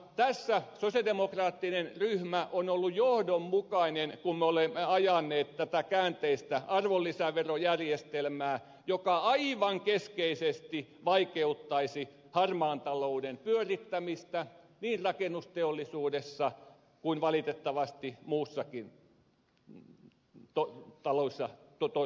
tässä sosialidemokraattinen ryhmä on ollut johdonmukainen kun me olemme ajaneet tätä käänteistä arvonlisäverojärjestelmää joka aivan keskeisesti vaikeuttaisi harmaan talouden pyörittämistä niin rakennusteollisuudessa kuin muussakin taloudellisessa toiminnassa jossa sitä valitettavasti on